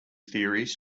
theories